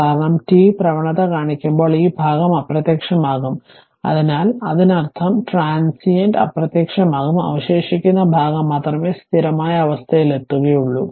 കാരണം t പ്രവണത കാണിക്കുമ്പോൾ ഈ ഭാഗം അപ്രത്യക്ഷമാകും അതിനാൽ അതിനർത്ഥം ട്രാൻസിയെന്റ്അപ്രത്യക്ഷമാകും അവശേഷിക്കുന്ന ഭാഗം മാത്രമേ സ്ഥിരമായ അവസ്ഥയിലാകൂ